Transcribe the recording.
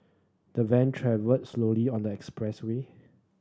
the van travelled slowly on the expressway